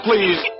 Please